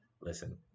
Listen